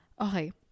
Okay